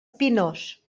pinós